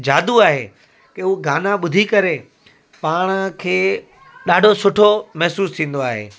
जादू आहे की हू गाना ॿुधी करे पाण खे ॾाढो सुठो महसूसु थींदो आहे